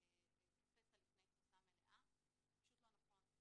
כפסע לפני תפוסה מלאה זה פשוט לא נכון.